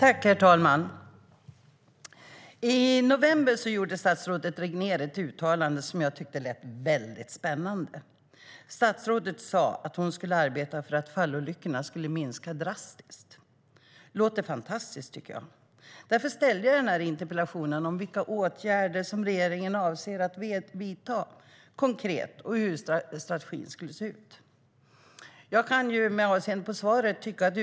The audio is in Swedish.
Herr talman! I november gjorde statsrådet Regnér ett uttalande som jag tyckte lät väldigt spännande. Statsrådet sa att hon skulle arbeta för att fallolyckorna skulle minska drastiskt. Det lät fantastiskt, tyckte jag. Därför ställde jag interpellationen om vilka konkreta åtgärder regeringen avser att vidta och hur strategin ser ut.